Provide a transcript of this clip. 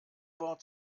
wort